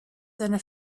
seine